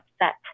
upset